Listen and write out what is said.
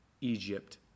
Egypt